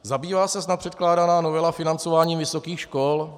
Zabývá se snad předkládaná novela financováním vysokých škol?